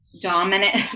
dominant